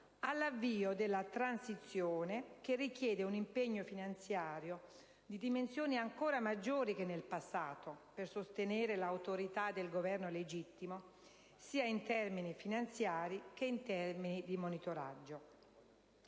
l'avvio della transizione, che richiede un impegno finanziario di dimensioni ancora maggiori che in passato al fine di sostenere l'autorità del Governo legittimo sia in termini finanziari, che di monitoraggio.